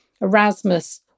Erasmus